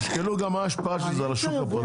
תשקלו גם מה ההשפעה של זה על השוק הפרטי.